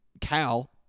Cal